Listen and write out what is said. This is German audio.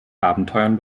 abenteuern